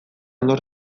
nor